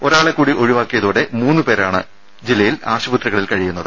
ഒരാളെക്കൂടി ഒഴിവാക്കിയതോടെ മൂന്നുപേരാണ് ജില്ലയിൽ ആശുപത്രികളിൽ കഴിയുന്നത്